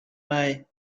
may